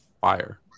fire